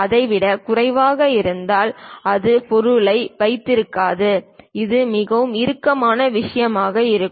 அதை விட குறைவாக இருந்தால் அது பொருளை வைத்திருக்காது அது மிகவும் இறுக்கமான விஷயமாக இருக்கும்